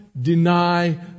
deny